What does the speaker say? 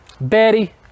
Betty